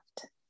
left